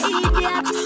idiot